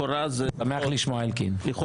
אני שמח לשמוע, אלקין.